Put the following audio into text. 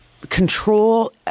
control